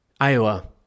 Iowa